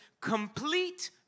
complete